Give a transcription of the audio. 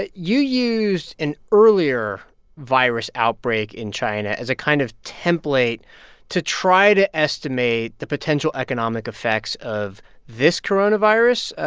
ah you used an earlier virus outbreak in china as a kind of template to try to estimate the potential economic effects of this coronavirus.